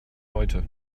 heute